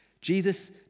Jesus